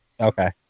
Okay